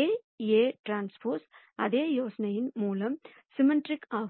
AAᵀ அதே யோசனையின் மூலம் சிம்மெட்ரிக் ஆகும்